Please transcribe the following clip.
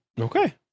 okay